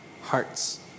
hearts